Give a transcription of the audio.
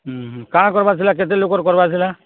ହୁଁ ହୁଁ କା'ଣା କର୍ବାର୍ ଥିଲା କେତେ ଲୋକ୍ର କର୍ବାର୍ ଥିଲା